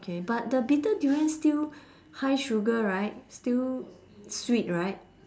okay but the bitter durian still high sugar right still sweet right